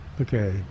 Okay